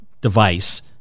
device